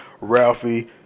Ralphie